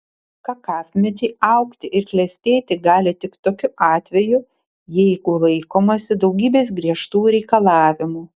kakavmedžiai augti ir klestėti gali tik tokiu atveju jeigu laikomasi daugybės griežtų reikalavimų